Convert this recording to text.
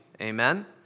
amen